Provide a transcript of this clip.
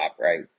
right